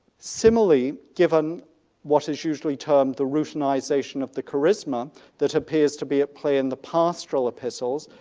similarly, given what is usually termed the routinisation of the charisma that appears to be at play in the pastoral epistles,